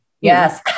yes